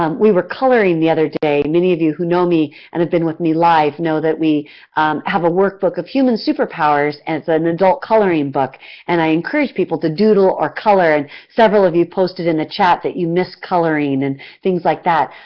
um we were coloring the other day, and many of you who know me and have been with me live, know that we have a workbook of human super powers and it's an adult coloring book and i encourage people to doodle or color. several of you posted in the chat that you miss coloring and things like that.